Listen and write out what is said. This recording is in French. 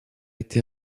été